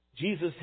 Jesus